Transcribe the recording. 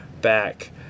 back